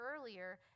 earlier